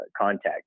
contact